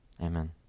Amen